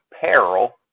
peril